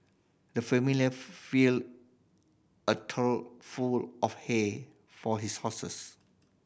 the familiar filled a trough full of hay for his horses